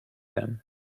them